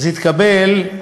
היא תקבל,